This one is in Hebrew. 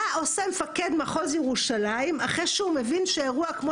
מה עושה מפקד מחוז ירושלים אחרי שהוא מבין שאירוע כמו